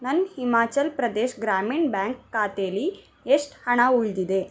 ನನ್ನ ಹಿಮಾಚಲ್ ಪ್ರದೇಶ್ ಗ್ರಾಮೀಣ್ ಬ್ಯಾಂಕ್ ಖಾತೇಲಿ ಎಷ್ಟು ಹಣ ಉಳಿದಿದೆ